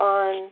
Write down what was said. on